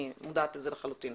מודעת לזה לחלוטין.